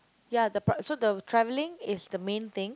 ya the pr~ so the traveling is the main thing